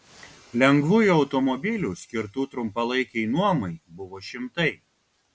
lengvųjų automobilių skirtų trumpalaikei nuomai buvo šimtai